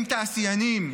אם תעשיינים,